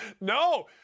No